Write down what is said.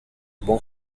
buon